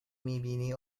میبینی